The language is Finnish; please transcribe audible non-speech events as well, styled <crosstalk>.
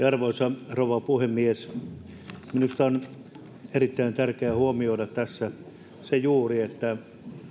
<unintelligible> arvoisa rouva puhemies minusta on erittäin tärkeää huomioida tässä juuri se että